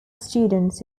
students